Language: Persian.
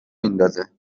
میندازه